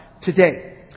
today